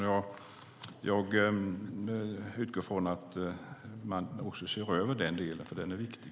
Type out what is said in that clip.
Jag utgår från att man också ser över den delen, för den är viktig.